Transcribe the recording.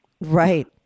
Right